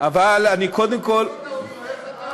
אבל אני קודם כול, עוד לא ניסית.